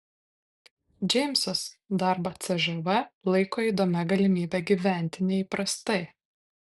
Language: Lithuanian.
džeimsas darbą cžv laiko įdomia galimybe gyventi neįprastai